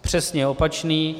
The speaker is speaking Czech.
Přesně opačný.